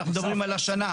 אנחנו מדברים על השנה,